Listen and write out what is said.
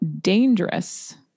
dangerous